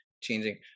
changing